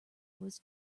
was